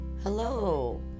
Hello